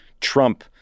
trump